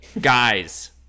Guys